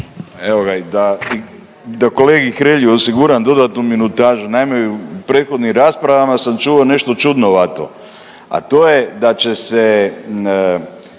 Evo ga, da kolegi Hrelji osiguram dodatnu minutažu, naime u prethodnim raspravama sam čuo nešto čudnovato, a to je da će se